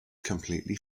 completely